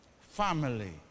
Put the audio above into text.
family